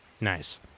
Nice